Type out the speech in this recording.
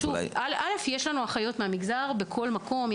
יש לנו אחיות מהמגזר בכל מקום.